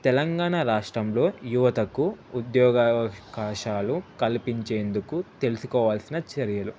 తెలంగాణ రాష్ట్రంలో యువతకు ఉద్యోగవకాశాలు కల్పించేందుకు తెలుసుకోవాల్సిన చర్యలు